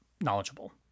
knowledgeable